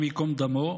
השם ייקום דמו,